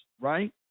right